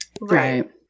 Right